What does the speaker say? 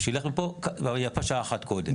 שילך מפה ויפה שעה אחת קודם,